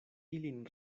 ilin